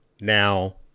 now